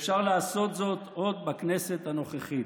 ואפשר לעשות זאת עוד בכנסת הנוכחית.